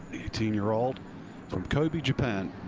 eighteen year old from kobe,